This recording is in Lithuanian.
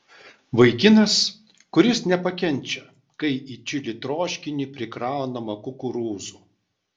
vaikinas kuris nepakenčia kai į čili troškinį prikraunama kukurūzų